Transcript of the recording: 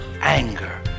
anger